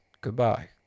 goodbye